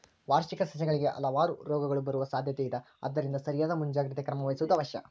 ವಾರ್ಷಿಕ ಸಸ್ಯಗಳಿಗೆ ಹಲವಾರು ರೋಗಗಳು ಬರುವ ಸಾದ್ಯಾತೆ ಇದ ಆದ್ದರಿಂದ ಸರಿಯಾದ ಮುಂಜಾಗ್ರತೆ ಕ್ರಮ ವಹಿಸುವುದು ಅವಶ್ಯ